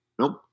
Nope